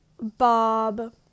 Bob